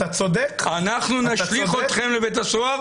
אנחנו נשליך אתכם לבית הסוהר,